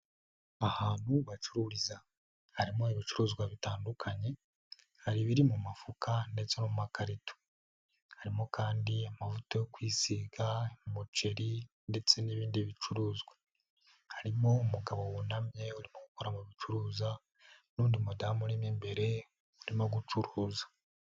Ahantu bacururiza harimo ibicuruzwa bitandukanye, hari ibiri mu mifuka ndetse no mu makarito, harimo kandi amavuta yo kwisiga, umuceri ndetse n'ibindi bicuruzwa, harimo umugabo wunamye urimo gukora mu gucuruza n'undi mudamu urimo mbere urimo gucuruza.